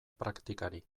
praktikari